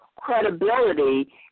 credibility